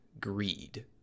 greed